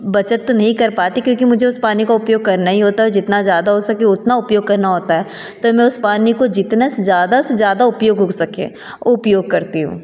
बचत तो नहीं कर पाती क्योंकि मुझे उस पानी उपयोग करना ही होता है जितना ज़्यादा हो सके उतना उपयोग करना होता है तो मैं उस पानी को जितना से ज़्यादा से ज़्यादा उपयोग हो सकें उपयोग करती हूँ